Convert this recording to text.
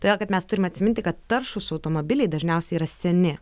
todėl kad mes turim atsiminti kad taršūs automobiliai dažniausiai yra seni